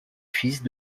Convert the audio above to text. fils